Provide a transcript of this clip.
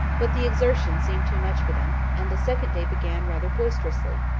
but the exertion seemed too much for them, and the second day began rather boisterously,